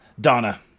Donna